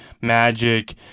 Magic